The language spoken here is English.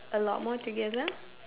a lot more together